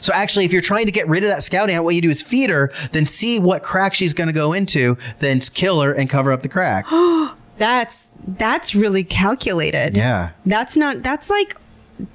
so actually, if you're trying to get rid of that scout ant, what you do is feed her, then see what crack she's going to go into, then kill her and cover up the crack. but that's that's really calculated! yeah that's not, that's like